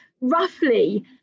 roughly